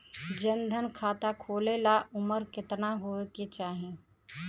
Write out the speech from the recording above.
जन धन खाता खोले ला उमर केतना होए के चाही?